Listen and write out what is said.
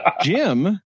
Jim